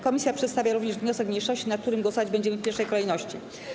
Komisja przedstawia również wniosek mniejszości, nad którym głosować będziemy w pierwszej kolejności.